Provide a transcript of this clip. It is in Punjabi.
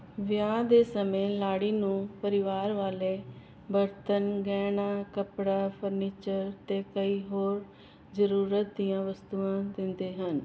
ਵਿਆਹ ਦੇ ਸਮੇਂ ਲਾੜੀ ਨੂੰ ਪਰਿਵਾਰ ਵਾਲੇ ਬਰਤਨ ਗਹਿਣਾ ਕੱਪੜਾ ਫਰਨੀਚਰ ਅਤੇ ਕਈ ਹੋਰ ਜ਼ਰੂਰਤ ਦੀਆਂ ਵਸਤੂਆਂ ਦਿੰਦੇ ਹਨ